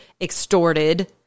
extorted